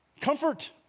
Comfort